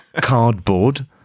cardboard